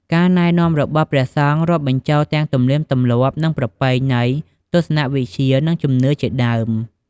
ការណែនាំរបស់ព្រះសង្ឃរាប់បញ្ចូលទាំង ទំនៀមទម្លាប់ និងប្រពៃណី ទស្សនៈវិជ្ជា និងជំនឿជាដើម។